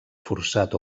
forçat